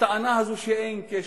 הטענה הזאת שאין קשר,